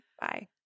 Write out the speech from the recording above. Bye